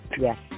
Yes